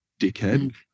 dickhead